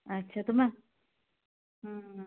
আচ্ছা তোমাৰ